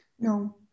No